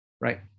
right